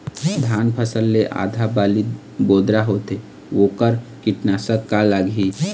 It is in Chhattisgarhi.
धान फसल मे आधा बाली बोदरा होथे वोकर कीटनाशक का लागिही?